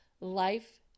life